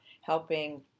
helping